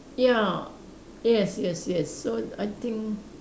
ya yes yes yes so I think